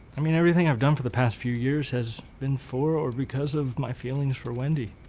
i mean everything i've done for the past few years has been for or because of my feelings for wendy.